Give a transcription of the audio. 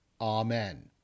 Amen